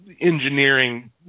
engineering